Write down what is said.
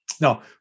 Now